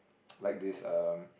like this um